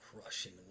Crushing